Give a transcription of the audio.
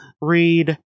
read